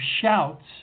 shouts